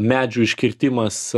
medžių iškirtimas